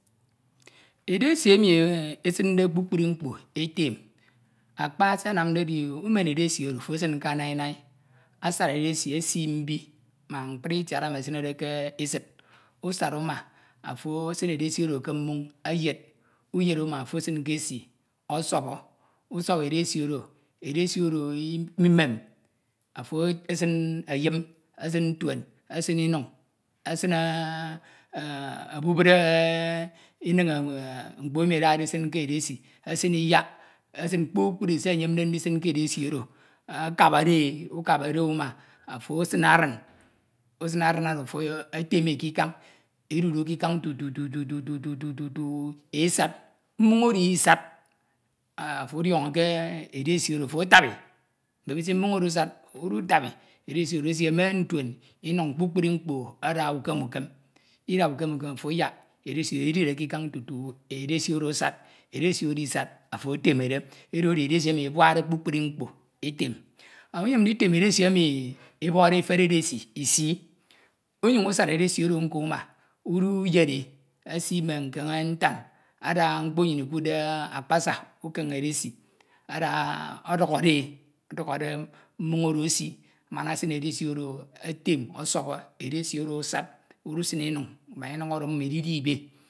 Edesi emi eside kpukpru mkpo etem, akpra se ansinde edi umen edesi oro ofe esin ke naõ nsii, asad edesi esii mbi ma mkpri itiad esinede ke esid. usad uma ofo edin edasi. Oro ke mmon̄ eyed uyed uma oro esin ke esi ọsọbo, usọn̄e edesi oro, edesi imem, ọfọ esin nfom esin ntuen esin imen. esin obubid inon̄e mkpo emi eside esin ke edisi, ndihn̄ ke edesi oro akabacta e, ukabede uma oro esin amin usin esdudo ke ikan̄ edu dọ ke ikun̄ tutu tutu esad, mmon̄ oro isad ofo orediọn̄ọ ke edosi oro ofo atabi mben̄ mmọn̄ oro asad udutabi edesi oro esie mme kpukpru mkpo ada ukem ukem. Ida ukam ukam ofo ayak edesi oro edire tutu ofo ayak edasi asad edesi oro isad ofo etemede oro edesi emi ebuadde kpukpu mkpo etem ofo uyem nditem edesi enu ebọkdeefene edesi mi issi unyen̄ usad edesi nko uma uduyed e esi mme nken̄e ntan, ada mkpo nnyin ikuudde akpasa uken edesi, ada eodukbode e odukhọde mnon̄ oro esii amana esin edesi oro es’ etem esọbọ esksi oro asad esin inon mbak mun oro amim ididi ibe